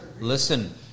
Listen